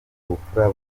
ubupfura